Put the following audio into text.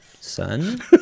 son